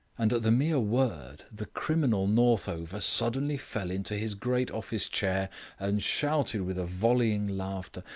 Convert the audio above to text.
and at the mere word the criminal northover suddenly fell into his great office chair and shouted with a volleying laughter.